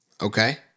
Okay